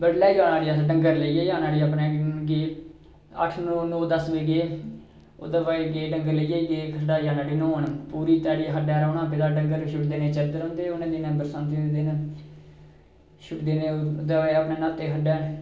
बड़लै जाना डंगर लेइयै जाना उठी अपनै गे अट्ठ नौ दस बजे गे ओह्दे बाद गे डंगर लेइयै खड्डा जाना उठी न्हौन पूरी ध्याड़ी खड्डा रौह्ना डंगर बी छुड्डी देने चरदे रौह्ंदे हे उ'नें दिनें बरसांती दे दिनें छुट्टी आह्लें दिनै अपनै न्हाते खड्डा